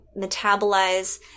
metabolize